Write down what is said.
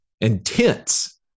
intense